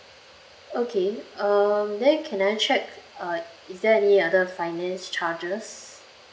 okay um then can I check uh is there any other finance charges